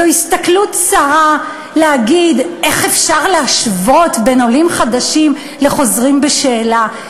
זו הסתכלות צרה להגיד: איך אפשר להשוות בין עולים חדשים לחוזרים בשאלה?